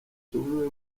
tube